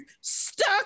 stuck